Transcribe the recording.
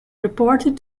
reported